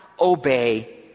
obey